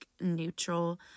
neutral